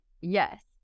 yes